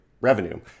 revenue